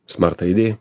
smart id